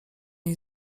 jej